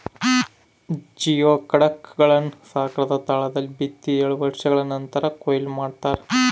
geoduck ಗಳನ್ನು ಸಾಗರದ ತಳದಲ್ಲಿ ಬಿತ್ತಿ ಏಳು ವರ್ಷಗಳ ನಂತರ ಕೂಯ್ಲು ಮಾಡ್ತಾರ